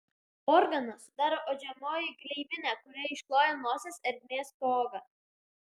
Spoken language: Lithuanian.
organą sudaro uodžiamoji gleivinė kuri iškloja nosies ertmės stogą